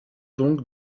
donc